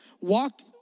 walked